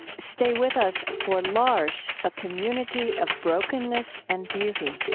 stay with us for l'arche a community of brokenness and beauty.